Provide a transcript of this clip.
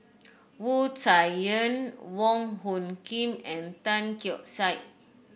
Wu Tsai Yen Wong Hung Khim and Tan Keong Saik